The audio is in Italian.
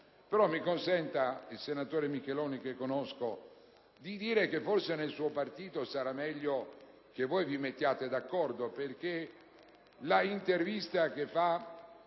Mi consenta, però, il senatore Micheloni, che conosco, di dire che forse nel suo partito sarà meglio che ci si metta d'accordo, perché l'intervista